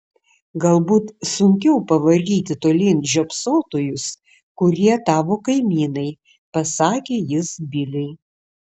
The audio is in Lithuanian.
galbūt sunkiau pavaryti tolyn žiopsotojus kurie tavo kaimynai pasakė jis biliui